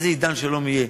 איזה עידן שלום יהיה,